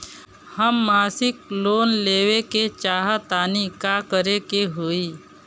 हम मासिक लोन लेवे के चाह तानि का करे के होई?